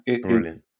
brilliant